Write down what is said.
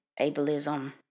ableism